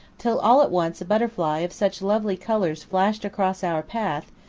till all at once a butterfly of such lovely colours flashed across our path,